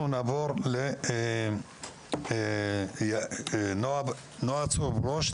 אנחנו נעבור לנועה צור ברוש.